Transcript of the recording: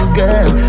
girl